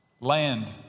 Land